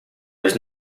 has